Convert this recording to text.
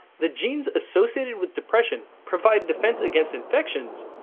the genes associated with depression provide defense against infections,